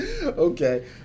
Okay